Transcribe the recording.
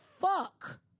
fuck